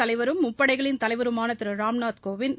தலைவரும் முப்படைகளின் தலைவருமான திரு ராம்நாத் கோவிந்த்